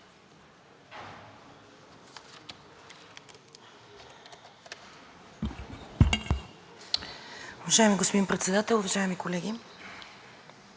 Уважаеми господин Председател, уважаеми колеги! Иска ми се в днешния ден да адресираме няколко опорки, които се повтарят непрекъснато в нашето общество.